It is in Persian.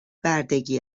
بردگی